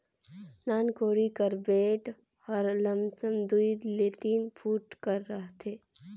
नान कोड़ी कर बेठ हर लमसम दूई ले तीन फुट कर रहथे